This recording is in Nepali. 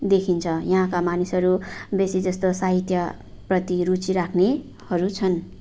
देखिन्छ यहाँका मानिसहरू बेसी जस्तो साहित्य प्रति रुचि राख्नेहरू छन्